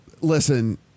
listen